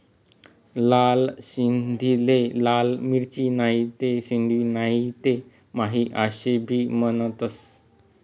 लाल सिंधीले लाल मिरची, नहीते सिंधी नहीते माही आशे भी म्हनतंस